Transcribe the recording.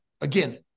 again